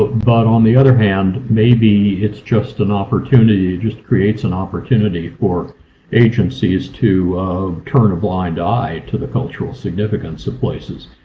but on the other hand, maybe it's just an opportunity. just creates an opportunity for agencies to turn a blind eye to the cultural significance of places.